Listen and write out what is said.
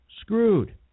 Screwed